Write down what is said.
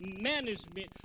management